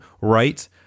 right